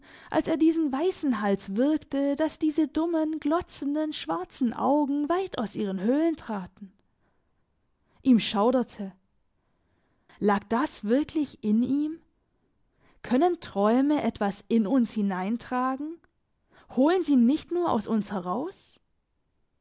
als er diesen weissen hals würgte dass diese dummen glotzenden schwarzen augen weit aus ihren höhlen traten ihm schauderte lag das wirklich in ihm können träume etwas in uns hineintragen holen sie nicht nur aus uns heraus